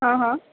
હ હ